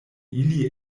ili